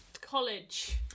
College